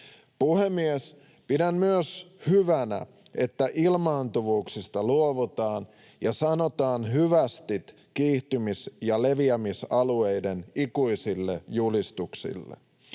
Puhemies! Pidän myös hyvänä, että ilmaantuvuuksista luovutaan ja sanotaan hyvästit kiihtymis- ja leviämisalueiden ikuisille julistuksille.